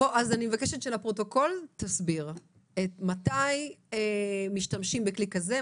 אז אני מבקשת שלפרוטוקול תסביר מתי משתמשים בכלי כזה,